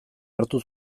hartu